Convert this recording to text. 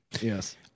Yes